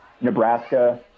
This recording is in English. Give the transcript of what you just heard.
Nebraska